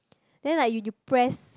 then like you depress